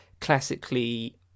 classically